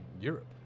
Europe